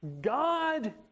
God